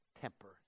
temper